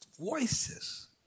Voices